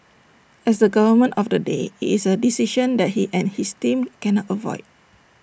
as the government of the day IT is A decision that he and his team cannot avoid